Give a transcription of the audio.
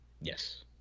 Yes